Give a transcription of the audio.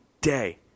day